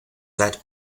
set